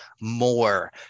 more